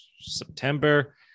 september